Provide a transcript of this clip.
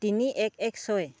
তিনি এক এক ছয়